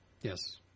Yes